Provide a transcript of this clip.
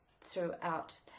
throughout